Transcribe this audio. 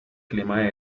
clima